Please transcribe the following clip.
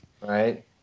Right